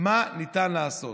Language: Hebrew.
מה ניתן לעשות?